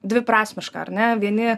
dviprasmiška ar ne vieni